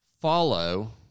follow